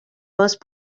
most